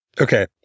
Okay